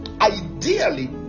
ideally